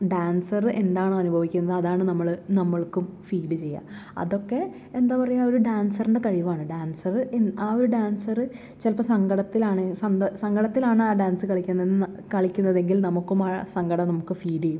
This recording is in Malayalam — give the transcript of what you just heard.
ഡാൻസറ് എന്താണോ അനുഭവിക്കുന്നത് അതാണ് നമ്മള് നമ്മൾക്കും ഫീല് ചെയ്യുക അതൊക്കെ എന്താ പറയുക ഒര് ഡാൻസറിൻ്റെ കഴിവാണ് ഡാൻസറ് ഇൻ ആ ഒര് ഡാൻസറ് ചിലപ്പോൾ സങ്കടത്തിലാണ് സങ്കടത്തിലാണാ ഡാൻസ് കളിക്കുന്നതെന്ന് കളിക്കുന്നതെങ്കിൽ നമക്കും ആ സങ്കടം നമുക്ക് ഫീൽ ചെയ്യും